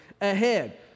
ahead